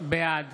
בעד